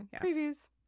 Previews